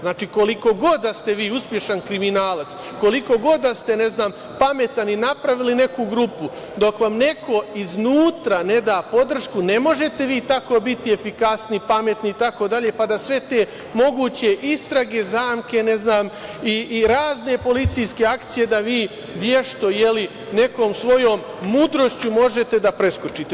Znači, koliko god da ste vi uspešan kriminalac, kolikog god da ste pametan i napravili neku grupu, dok vam neko iznutra ne da podršku ne možete vi tako biti efikasni, pametni, itd, pa da sve te moguće istrage, zamke i razne policijske akcije vešto nekom svojom mudrošću možete da preskočite.